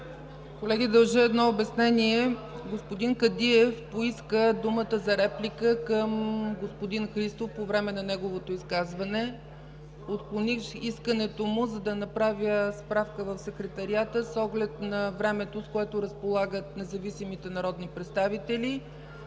Колеги, дължа едно обяснение. Господин Кадиев поиска думата за реплика към господин Христов по време на неговото изказване. Отклоних искането му, за да направя справка в Секретариата с оглед на времето, с което разполагат независимите народни представители.